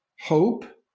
Hope